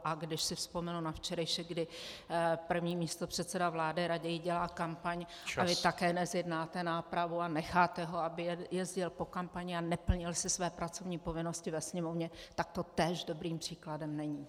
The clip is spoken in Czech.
A když si vzpomenu na včerejšek, kdy první místopředseda vlády raději dělá kampaň a vy také nezjednáte nápravu a necháte ho, aby jezdil po kampani a neplnil si své pracovní povinnosti ve Sněmovně, tak to též dobrým příkladem není.